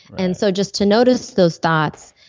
and so just to notice those thoughts,